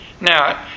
Now